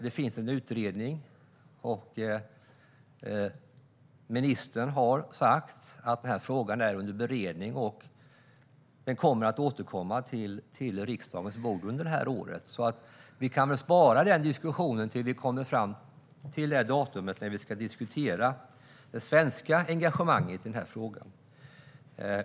Det finns nu en utredning, och ministern har sagt att frågan är under beredning och kommer att återkomma till riksdagens bord under året. Vi kan väl spara diskussionen tills vi kommer fram till det datum då vi ska debattera det svenska engagemanget i frågan.